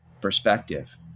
perspective